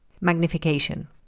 Magnification